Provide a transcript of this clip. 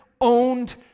owned